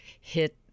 hit